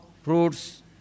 Fruits